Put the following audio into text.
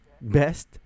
Best